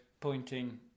pointing